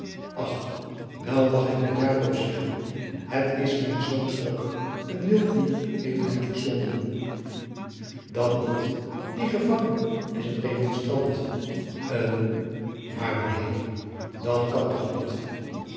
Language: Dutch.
ach wel mag ik met jacob zeggen het is mijns zoons rok een wild dier heeft hem verslonden dat niet die gevangene is een remonstrant een maar neen dat kan toch niet